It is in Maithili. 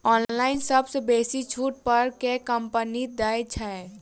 ऑनलाइन सबसँ बेसी छुट पर केँ कंपनी दइ छै?